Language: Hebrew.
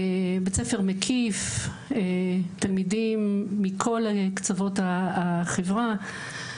בית ספר מקיף, תלמידים מכל קצוות החברה.